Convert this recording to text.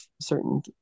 certain